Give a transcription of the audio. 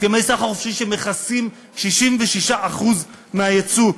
הסכמי סחר חופשי שמכסים 66% מהיצוא,